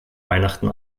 weihnachten